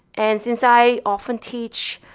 and since i often teach